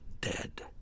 dead